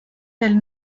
del